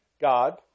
God